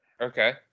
Okay